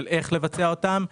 על איך לבצע אותם,